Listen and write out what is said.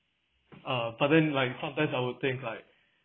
uh but then like sometimes I would think like